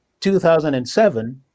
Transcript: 2007